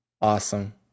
awesome